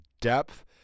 depth